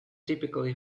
typically